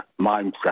mindset